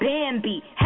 Bambi